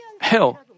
hell